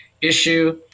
issue